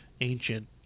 ancient